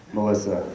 Melissa